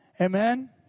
Amen